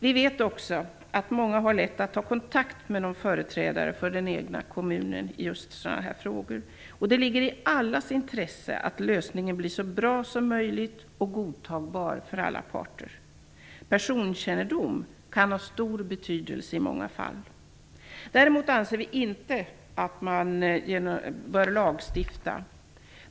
Vi vet också att många har lätt att ta kontakt med någon företrädare för den egna kommunen just i sådana frågor. Det ligger i allas intresse att lösningen blir så bra som möjligt och godtagbar för alla parter. Personkännedom kan ha stor betydelse i många fall. Däremot anser vi inte att man bör lagstifta.